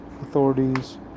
authorities